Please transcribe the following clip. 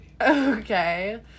Okay